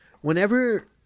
whenever